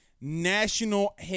national –